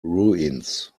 ruins